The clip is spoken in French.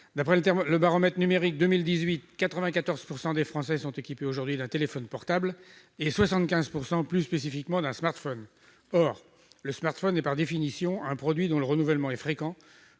D'après le baromètre numérique 2018, 94 % des Français sont équipés d'un téléphone portable et 75 % plus spécifiquement d'un smartphone. Or le smartphone est par définition un produit dont le renouvellement est fréquent,